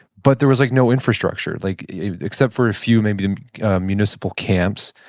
but there was like no infrastructure, like except for a few maybe municipal camps,